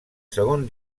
segon